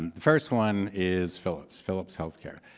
and the first one is philips philips healthcare.